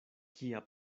kia